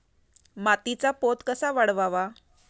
मातीचा पोत कसा वाढवावा?